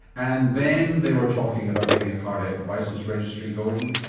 and then they were talking about getting a cardiac devices registry going.